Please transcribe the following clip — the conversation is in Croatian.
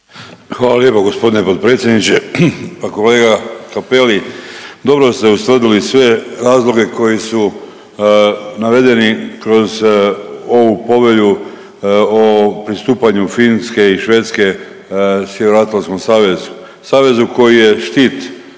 Hvala lijepo gospodine potpredsjedniče. Kolega Cappelli dobro ste ustvrdili sve razloge koji su navedeni kroz ovu povelju o pristupanju Finske i Švedske Sjeveroatlantskom savezu. Savezu koji je štit